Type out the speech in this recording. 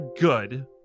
good